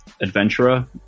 adventurer